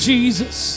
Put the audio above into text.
Jesus